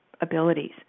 abilities